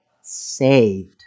Saved